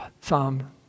Psalm